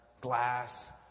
glass